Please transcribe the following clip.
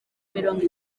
mirongo